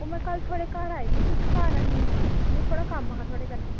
ते में कल्ल थुआढ़े घर आई दी ही ते तुस घर ऐनी हे में थोह्ड़ा कम्म हा